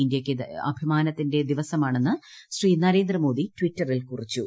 ഇന്ത്യയ്ക്ക് ഇത് അഭിമാനത്തിന്റെ ദിവസമാണെന്ന് ശ്രീ നരേന്ദ്ര മോദി ട്വിറ്ററിൽ കുറിച്ചു